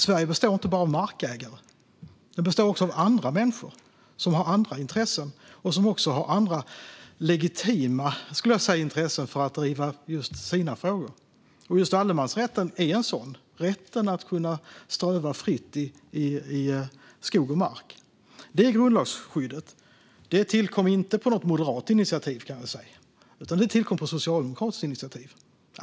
Sverige består inte bara av markägare utan även av andra människor som har andra legitima intressen att driva just sina frågor. Just allemansrätten, rätten att kunna ströva fritt i skog och mark, är en sådan. Det är grundlagsskyddet. Att skydda allemansrätten tillkom inte på något moderat initiativ, kan jag säga, utan det tillkom på socialdemokratiskt initiativ.